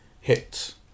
hits